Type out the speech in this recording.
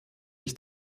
ich